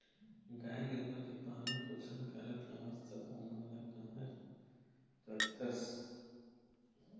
गाय गरुवा के पालन पोसन करत हवस त ओमन ल काँहा रखथस?